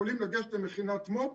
יכולים לגשת למכינת מו"פ.